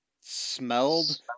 smelled